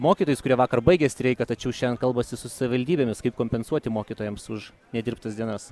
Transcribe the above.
mokytojais kurie vakar baigė streiką tačiau šiandien kalbasi su savivaldybėmis kaip kompensuoti mokytojams už nedirbtas dienas